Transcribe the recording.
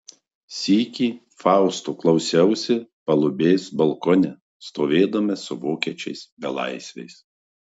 sykį fausto klausiausi palubės balkone stovėdama su vokiečiais belaisviais